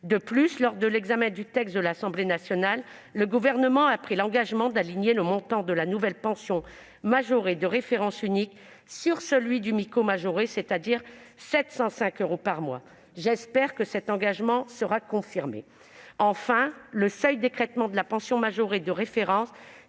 De plus, lors de l'examen du texte à l'Assemblée nationale, le Gouvernement a pris l'engagement d'aligner le montant de la nouvelle pension majorée de référence unique sur celui du MICO majoré, soit 705 euros par mois. J'espère que cet engagement sera confirmé. Enfin, le seuil d'écrêtement de la pension majorée de référence,